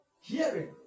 hearing